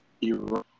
Iran